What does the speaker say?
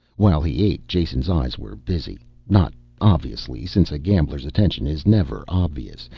while he ate jason's eyes were busy. not obviously, since a gambler's attention is never obvious,